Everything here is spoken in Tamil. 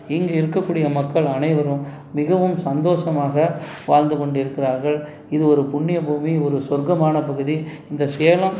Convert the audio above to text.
இங்கு இருக்கக்கூடிய மக்கள் அனைவரும் மிகவும் சந்தோசமாக வாழ்ந்துக் கொண்டிருக்கிறார்கள் இது ஒரு புண்ணிய பூமி ஒரு சொர்க்கமான பகுதி இந்த சேலம்